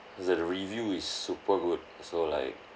the review is super good so like